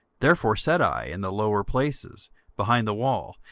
therefore set i in the lower places behind the wall,